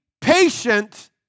patient